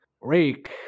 Rake